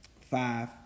five